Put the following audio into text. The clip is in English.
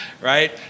right